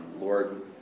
Lord